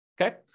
Okay